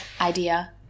idea